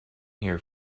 here